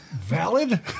Valid